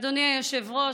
אדוני היושב-ראש,